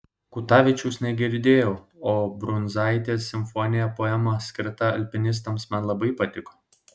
kutavičiaus negirdėjau o brundzaitės simfoninė poema skirta alpinistams man labai patiko